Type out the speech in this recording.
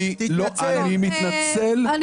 אני לא, אני מתנצל מעומק ליבי.